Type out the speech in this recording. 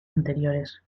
anteriores